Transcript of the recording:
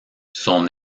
son